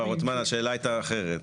מר עותמאן, השאלה הייתה אחרת.